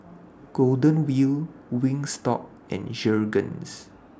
Golden Wheel Wingstop and Jergens